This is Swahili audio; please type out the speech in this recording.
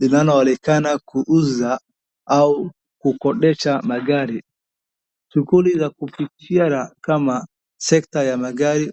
linaloonekana kuuza au kukodesha magari. Shughuli za kufichiara kama sekt ya magari.